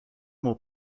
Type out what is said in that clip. more